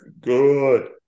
good